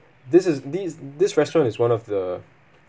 this is these this restaurant is one of the